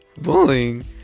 bullying